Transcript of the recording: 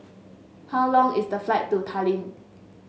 how long is the flight to Tallinn